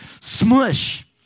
smush